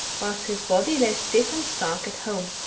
whilst his body lay stiff and stark at home.